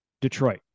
Detroit